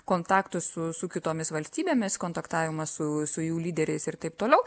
kontaktų su su kitomis valstybėmis kontaktavimas su su jų lyderiais ir taip toliau